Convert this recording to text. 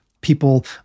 people